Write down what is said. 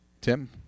Tim